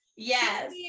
Yes